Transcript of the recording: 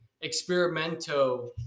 experimental